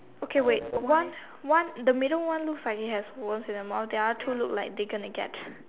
okay wait one one the middle one looks like they have worms in their mouth the other two look like they're gonna get